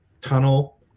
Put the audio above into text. tunnel